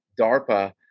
DARPA